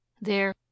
There